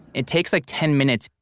it takes like ten minutes,